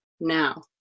now